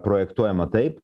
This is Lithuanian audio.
projektuojama taip